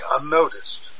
unnoticed